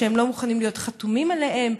שהם לא מוכנים להיות חתומים עליהן,